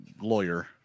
lawyer